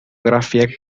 grafia